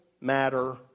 matter